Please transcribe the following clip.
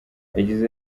yagize